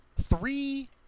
three